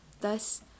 Thus